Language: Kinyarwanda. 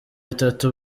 itatu